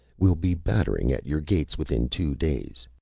will be battering at your gates within two days.